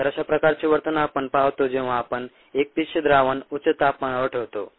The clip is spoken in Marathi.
तर अशा प्रकारचे वर्तन आपण पाहतो जेव्हा आपण एकपेशीय द्रावण उच्च तपमानावर ठेवतो